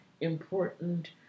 important